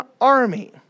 army